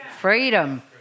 freedom